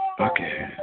Okay